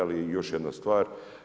Ali još jedna stvar.